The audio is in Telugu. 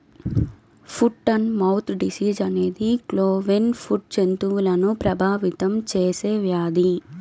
ఫుట్ అండ్ మౌత్ డిసీజ్ అనేది క్లోవెన్ ఫుట్ జంతువులను ప్రభావితం చేసే వ్యాధి